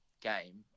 game